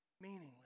meaningless